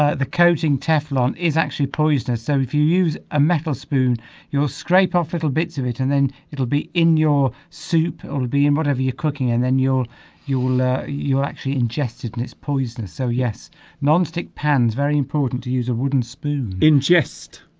ah the coating teflon is actually poisonous so if you use a metal spoon you'll scrape off little bits of it and then it'll be in your soup or be in whatever you're cooking and then your you'll you're actually ingested in this poisonous so yes non-stick pans very important to use a wooden spoon ingest